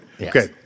Okay